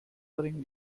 bringen